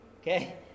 Okay